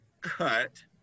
cut